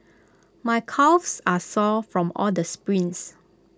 my calves are sore from all the sprints